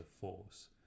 Force